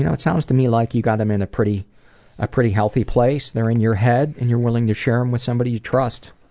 and it sounds to me like you've got them in a pretty ah pretty healthy place. they're in your head and you're willing to share them with somebody you trust.